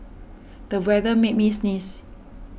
the weather made me sneeze